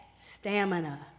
stamina